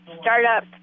startup